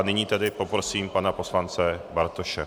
A nyní poprosím pana poslance Bartoše.